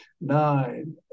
Nine